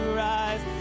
rise